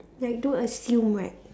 like don't assume right